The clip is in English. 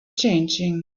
changing